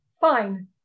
fine